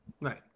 right